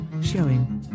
showing